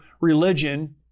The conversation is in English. religion